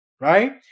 right